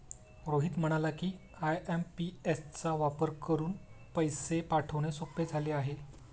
रोहित म्हणाला की, आय.एम.पी.एस चा वापर करून पैसे पाठवणे सोपे झाले आहे